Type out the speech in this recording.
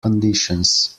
conditions